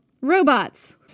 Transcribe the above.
Robots